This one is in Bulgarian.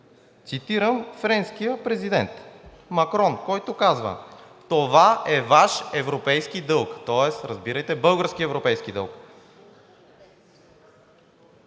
цитирам френския президент Макрон, който казва: „Това е Ваш европейски дълг.“, тоест разбирайте български европейски дълг.